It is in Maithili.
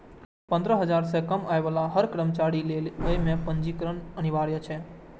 पंद्रह हजार सं कम आय बला हर कर्मचारी लेल अय मे पंजीकरण अनिवार्य छै